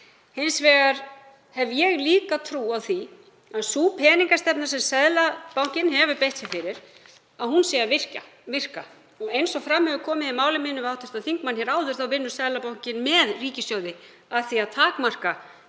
Hins vegar hef ég líka trú á því að sú peningastefna sem Seðlabankinn hefur beitt sér fyrir sé að virka. Eins og fram hefur komið í máli mínu við hv. þingmann hér áður þá vinnur Seðlabankinn með ríkissjóði að því að takmarka